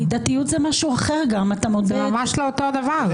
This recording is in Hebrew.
זה ממש לא אותו דבר.